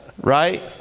right